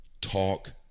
Talk